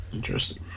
Interesting